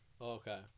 Okay